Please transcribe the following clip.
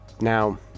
Now